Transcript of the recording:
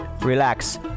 relax